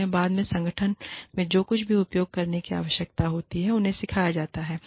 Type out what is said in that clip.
उन्हें बाद में संगठन में जो कुछ भी उपयोग करने की आवश्यकता होती है उन्हें सिखाया जाता है